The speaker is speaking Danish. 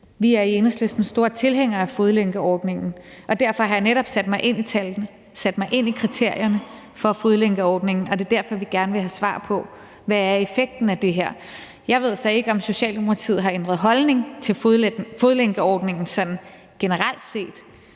Vi er i Enhedslisten store tilhængere af fodlænkeordningen, og derfor har jeg netop sat mig ind i tallene og sat mig ind i kriterierne for fodlænkeordningen, og det er derfor, vi gerne vil have svar på: Hvad er effekten af det her? Jeg ved så ikke, om Socialdemokratiet har ændret holdning til fodlænkeordningen sådan generelt set,